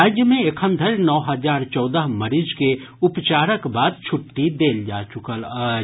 राज्य मे एखन धरि नओ हजार चौदह मरीज के उपचारक बाद छुट्टी देल जा चुकल अछि